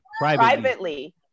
Privately